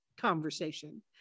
conversation